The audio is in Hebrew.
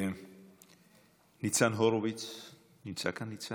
ניצן הורוביץ נמצא כאן?